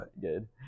good